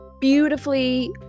beautifully